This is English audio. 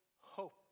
hope